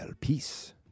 peace